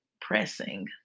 pressing